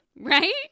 Right